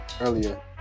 earlier